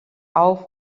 auf